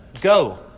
go